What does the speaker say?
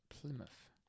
Plymouth